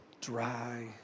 dry